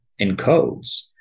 encodes